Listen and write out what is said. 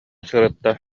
сырытта